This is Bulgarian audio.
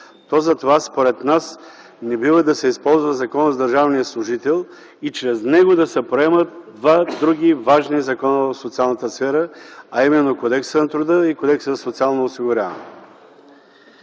то за това, според нас, не бива да се използва Законът за държавния служител и чрез него да се променят два други важни закона в социалната сфера, а именно Кодексът на труда и Кодексът за социално осигуряване.